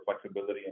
flexibility